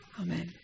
Amen